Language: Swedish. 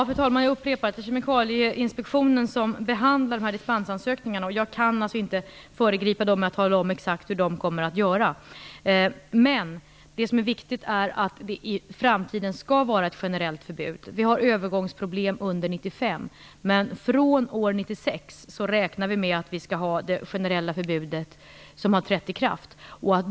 Fru talman! Jag upprepar att det är Kemikalieinspektionen som behandlar dispensansökningarna, och jag kan inte föregripa inspektionen genom att tala om exakt hur man kommer att göra. Det som är viktigt är att det i framtiden skall finnas ett generellt förbud. Vi har övergångsproblem under 1995, men år 1996 räknar vi med att ett generellt förbud skall ha trätt i kraft.